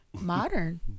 modern